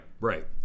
right